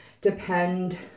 depend